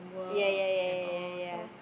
yeah yeah yeah yeah yeah yeah yeah